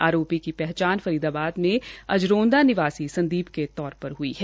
आरोपी की पहचान फरीदाबाद में अजरोंदा निवासी संदीप के तौर पर हुई है